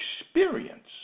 experience